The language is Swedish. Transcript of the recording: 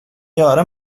göra